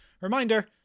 reminder